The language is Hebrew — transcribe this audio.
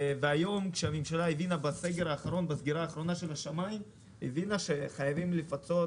היום כשהממשלה הבינה בסגירה האחרונה של השמים שחייבים לפצות